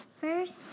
first